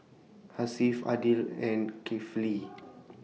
Hasif Aidil and Kifli